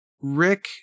Rick